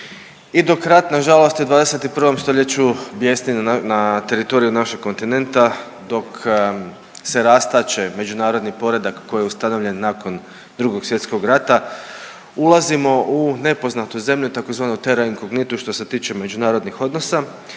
I dok rat nažalost u 21. stoljeću bijesni na teritoriju našeg kontinenta, dok se rastače međunarodni poredak koji je ustavljen nakon Drugog svjetskog rata, ulazimo u nepoznatu zemlju u tzv. Terra incognitu što se tiče međunarodnih odnosa,